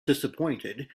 disappointed